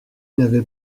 n’avez